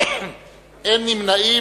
ואין נמנעים.